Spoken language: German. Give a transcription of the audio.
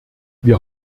wir